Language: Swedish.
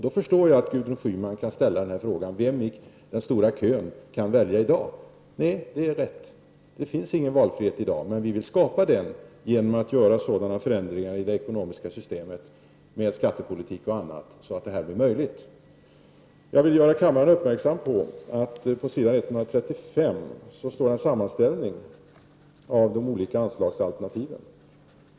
Då förstår jag att Gudrun Schyman ställer frågan: Vem i den långa kön kan välja i dag? Nej, det är rätt att det inte finns någon valfrihet. Men vi vill skapa den genom att göra sådana ändringar i det ekonomiska systemet, med skattepolitik och annat, att detta blir möjligt. Jag vill göra kammaren uppmärksam på att det på s. 135 finns en sammanställning av de olika anslagsalternativen.